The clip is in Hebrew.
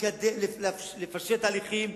לפשט תהליכים,